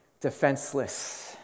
defenseless